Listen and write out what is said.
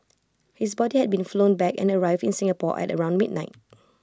his body had been flown back and arrived in Singapore at around midnight